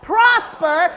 Prosper